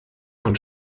von